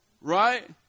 Right